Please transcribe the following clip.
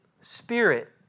Spirit